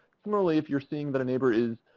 similarly, if you're seeing that a neighbor is